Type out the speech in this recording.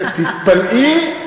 תתפלאי,